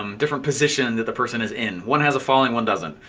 um different positions that the person is in. one has a following, one doesn't.